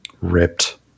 Ripped